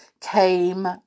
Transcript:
came